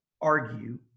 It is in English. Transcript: argue